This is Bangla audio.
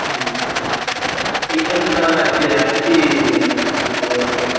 হুম ঠিক আছে তাহলে আজকে রাখছি অনেক ভালো হল কথা